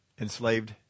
Enslaved